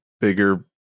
bigger